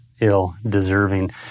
ill-deserving